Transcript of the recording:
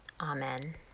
Amen